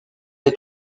est